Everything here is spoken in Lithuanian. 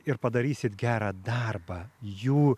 ir padarysit gerą darbą jų